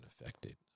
affected